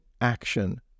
action